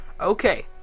Okay